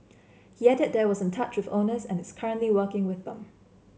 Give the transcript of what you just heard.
he added that was in touch with owners and is currently working with them